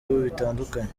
bitandukanye